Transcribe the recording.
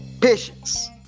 patience